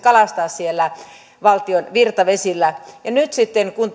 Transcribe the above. kalastaa siellä valtion virtavesillä nyt sitten kun